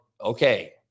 okay